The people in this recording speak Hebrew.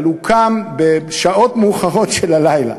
אבל הוא קם בשעות מאוחרות של הלילה